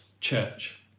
church